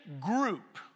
group